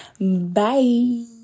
Bye